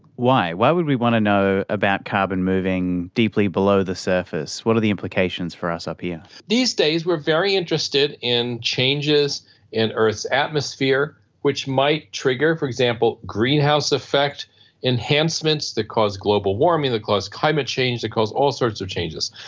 why? why would we want to know about carbon moving deeply below the surface? what are the implications for us up here? these days we are very interested in changes in earth's atmosphere which might trigger, for example, greenhouse effect enhancements that cause global warming, that cause climate change, that cause all sorts of changes,